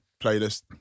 playlist